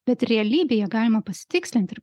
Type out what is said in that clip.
bet realybėje galima pasitikslint ir